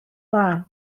dda